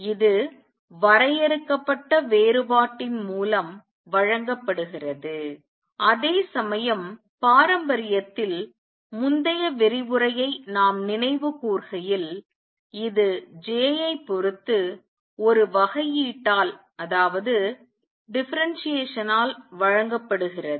இது வரையறுக்கப்பட்ட வேறுபாட்டின் மூலம் வழங்கப்படுகிறது அதேசமயம் பாரம்பரியத்தில் முந்தைய விரிவுரையை நாம் நினைவுகூர்கையில் இது j ஐ பொறுத்து ஒரு வகையீட்டால் வழங்கப்படுகிறது